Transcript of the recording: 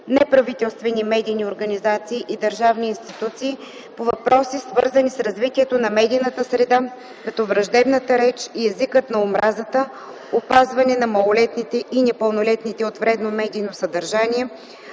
неправителствени медийни организации и държавни институции по въпроси, свързани с развитието на медийната среда като: враждебната реч и езикът на омразата, опазването на малолетните и непълнолетните от вредно медийно съдържание,